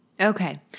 Okay